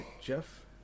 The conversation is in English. Jeff